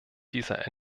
dieser